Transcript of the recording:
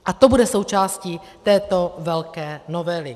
A to bude součástí této velké novely.